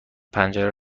پنجره